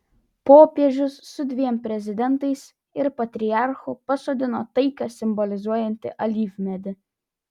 popiežius su dviem prezidentais ir patriarchu pasodino taiką simbolizuojantį alyvmedį